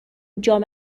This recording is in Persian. جام